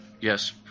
yes